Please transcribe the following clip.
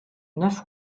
neuf